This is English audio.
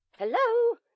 Hello